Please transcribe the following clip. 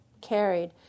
carried